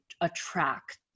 attract